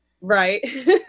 Right